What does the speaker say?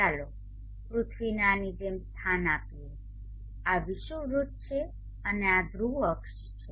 ચાલો પૃથ્વીને આની જેમ સ્થાન આપીએ આ વિષુવવૃત્ત છે અને આ ધ્રુવ અક્ષ છે